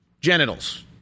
genitals